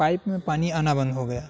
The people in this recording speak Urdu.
پائپ میں پانی آنا بند ہو گیا